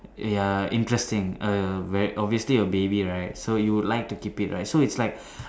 ya interesting a ver~ obviously a baby right so you would like to keep it right so it's like